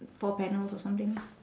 four panels or something